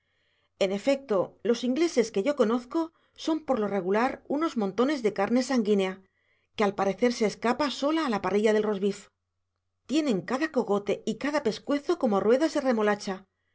en efecto los ingleses que yo conozco son por lo regular unos montones de carne sanguínea que al parecer se escapa sola a la parrilla del rosbif tienen cada cogote y cada pescuezo como ruedas de remolacha